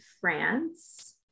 France